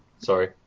Sorry